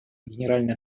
генеральной